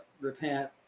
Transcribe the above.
repent